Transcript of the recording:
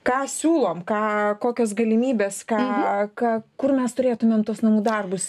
ką siūlom ką kokios galimybės ką ką kur mes turėtumėm tuos namų darbus